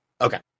Okay